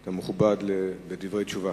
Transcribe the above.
אתה מכובד לדברי תשובה.